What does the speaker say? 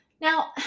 Now